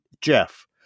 Jeff